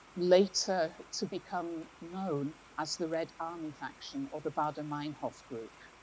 later to become known as the red army faction, or the baader-meinhof group.